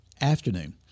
afternoon